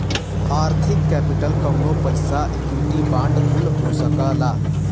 आर्थिक केपिटल कउनो पइसा इक्विटी बांड कुल हो सकला